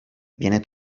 viene